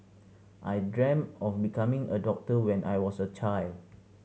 I dream of becoming a doctor when I was a child